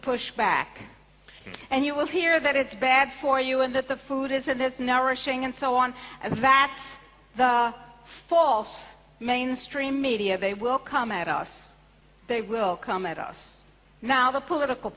push back and you will hear that it's bad for you in that the food is that there's no rushing and so on as that's the false mainstream media they will come at us they will come at us now the political